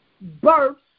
births